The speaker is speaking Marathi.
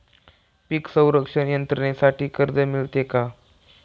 पीक संरक्षण यंत्रणेसाठी कर्ज मिळते का?